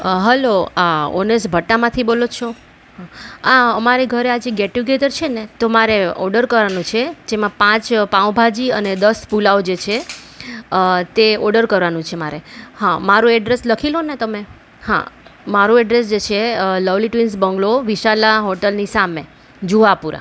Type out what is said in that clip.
hello Honest ભઠ્ઠામાંથી બોલો છો આ અમારે ઘરે આજે ગેટ ટુગેધર છે ને તો મારે ઓર્ડર કરવાનું છે જેમાં પાંચ પાંઉભાજી અને દસ પુલાવ જે છે તે ઓર્ડર કરવાનું છે મારે હા મારો એડ્રેસ લખી લો ને તમે હા મારો એડ્રેસ જે છે લવલી ટ્વિન્સ બંગલો વિશાલા હોટલની સામે જુહાપુરા